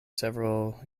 several